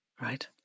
Right